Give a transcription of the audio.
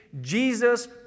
Jesus